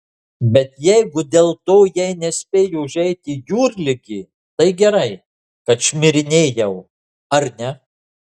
bet jeigu dėl to jai nespėjo užeiti jūrligė tai gerai kad šmirinėjau ar ne